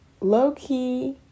low-key